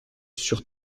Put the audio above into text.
sur